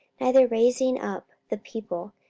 neither raising up the people,